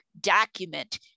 document